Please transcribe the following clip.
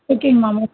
okay ma'am